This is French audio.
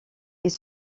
ils